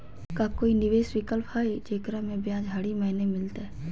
का कोई निवेस विकल्प हई, जेकरा में ब्याज हरी महीने मिलतई?